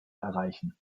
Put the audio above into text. erreichen